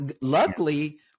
Luckily